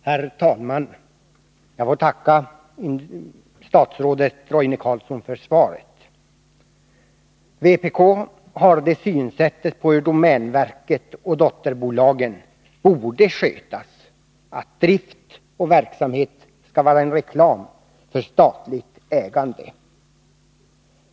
Herr talman! Jag vill tacka statsrådet Roine Carlsson för svaret på min fråga. Enligt vpk:s sätt att se på domänverket och dess dotterbolag skall drift och verksamhet tjäna som reklam för statligt ägande.